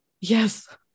Yes